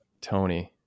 Tony